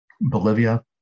Bolivia